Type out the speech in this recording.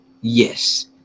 yes